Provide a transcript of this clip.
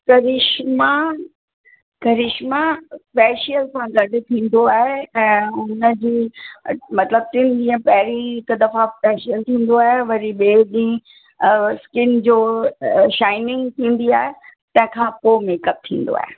करिश्मा Karishma facial सां गॾु थींदो आहे ऐं उनजी मतिलब टिनि ॾींहं पहिंरीं हिक दफ़ा फ़ैशियल थींदो आहे वरी ॿिए ॾींहं स्किन जो टाइमिंग थींदी आहे तंहिंखां पोइ मेकअप थींदो आहे